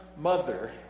mother